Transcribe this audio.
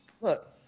Look